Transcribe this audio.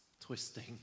twisting